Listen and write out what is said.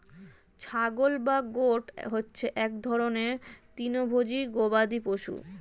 ছাগল বা গোট হচ্ছে এক রকমের তৃণভোজী গবাদি পশু